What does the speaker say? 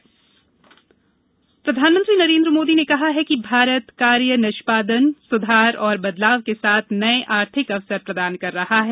virtual सम्मेलन प्रधानमंत्री नरेंद्र मोदी ने कहा है कि भारत कार्य निष्पादन सुधार और बदलाव के साथ नये आर्थिक अवसर प्रदान कर रहा है